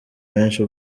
benshi